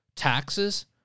taxes